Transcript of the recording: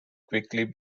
quickly